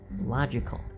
logical